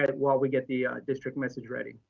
ah while we get the district message ready.